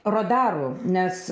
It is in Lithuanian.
radaru nes